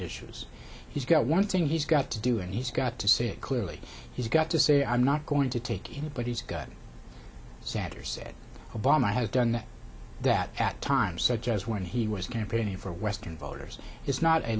issues he's got one thing he's got to do and he's got to say it clearly he's got to say i i'm not going to take it but he's got sanders said obama has done that at times such as when he was campaigning for western voters is not a